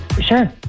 Sure